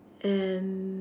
and